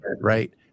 right